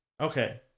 Okay